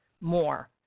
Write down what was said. more